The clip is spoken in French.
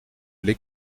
les